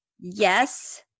yes